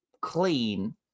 clean